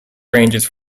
ranges